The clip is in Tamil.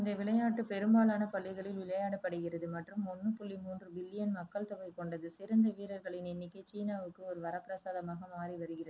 இந்த விளையாட்டு பெரும்பாலான பள்ளிகளில் விளையாடப்படுகிறது மற்றும் ஒன்னு புள்ளி மூன்று பில்லியன் மக்கள்தொகை கொண்டது சிறந்த வீரர்களின் எண்ணிக்கை சீனாவுக்கு ஒரு வரப்பிரசாதமாக மாறி வருகிறது